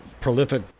prolific